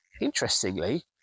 Interestingly